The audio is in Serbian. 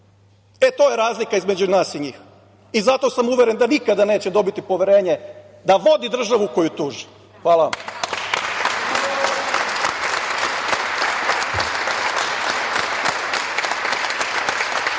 E, to je razlika između nas i njih. I zato sam uveren da nikada neće dobiti poverenje da vodi državu koju tuži. Hvala.